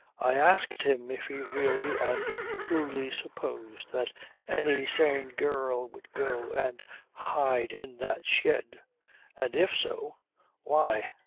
i asked him if he really and truly supposed that any sane girl would go and hide in that shed and if so why?